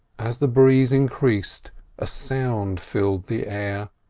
as the breeze increased a sound filled the air,